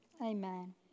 Amen